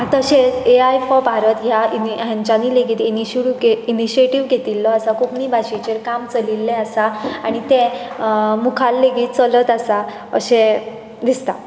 तशेंच A I four Bharat हेंच्यांनी लेगीत इनिशिएटीव घेतिल्लो आसा कोंकणी भाशेचेर काम चलिल्लें आसा आनी तें मुखार लेगीत चलत आसा अशें दिसता